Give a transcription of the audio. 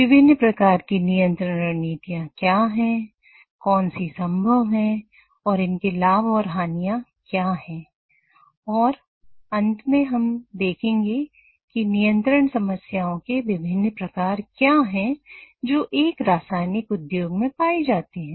विभिन्न प्रकार की नियंत्रण रणनीतियां क्या है कौन सी संभव है और इनके लाभ और हानियां क्या हैं और अंत में हम देखेंगे कि नियंत्रण समस्याओं के विभिन्न प्रकार क्या है जो एक रासायनिक उद्योग में पाई जाती हैं